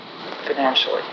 financially